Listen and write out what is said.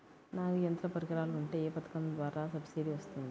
నాకు యంత్ర పరికరాలు ఉంటే ఏ పథకం ద్వారా సబ్సిడీ వస్తుంది?